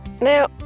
now